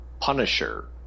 Punisher